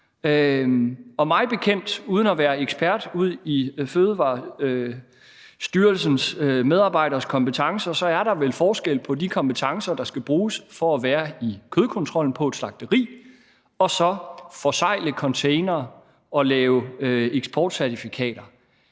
Mig bekendt – uden at være ekspert udi Fødevarestyrelsens medarbejderes kompetencer – er der vel forskel på de kompetencer, der skal bruges for at være i kødkontrollen på et slagteri, og så at forsegle containere og lave eksportcertifikater.